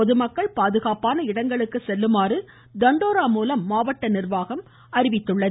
பொதுமக்கள் பாதுகாப்பான இடங்களுக்கு செல்லுமாறு தண்டோரா மூலம் மாவட்ட நிர்வாகம் அறிவித்துள்ளது